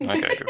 Okay